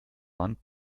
wand